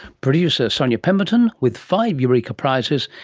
producer sonya pemberton, with five eureka prizes,